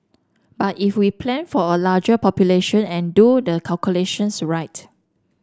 but if we plan for a larger population and do the calculations right